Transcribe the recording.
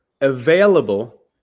available